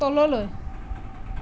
তললৈ